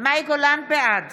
בעד